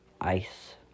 ice